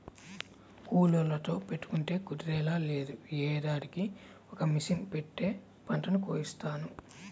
కూలోళ్ళతో పెట్టుకుంటే కుదిరేలా లేదు, యీ ఏడాదికి ఇక మిషన్ పెట్టే పంటని కోయిత్తాను